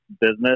business